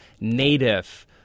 native